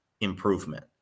improvement